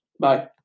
Bye